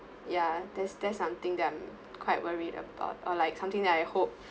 ya there's there's something that I'm quite worried about or like something that I hope